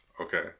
Okay